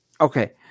Okay